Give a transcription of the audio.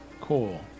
cool